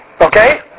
Okay